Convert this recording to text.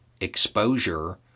exposure